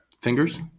Fingers